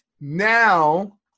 Now